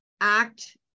act